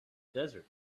desert